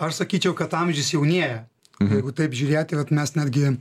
aš sakyčiau kad amžius jaunėja jeigu taip žiūrėti vat mes netgi